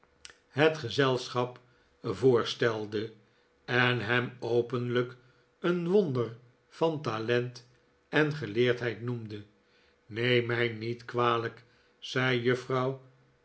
het gezelschap voorstelde en hem openlijk een wonder van talent en geleerdheid noemde neem mij niet kwalijk zei juffrouw